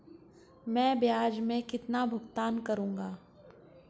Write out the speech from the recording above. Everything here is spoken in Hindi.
मैं ब्याज में कितना भुगतान करूंगा?